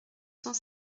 cent